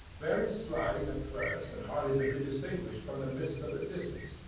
very slight at first, and hardly to be distinguished from the mists of the distance,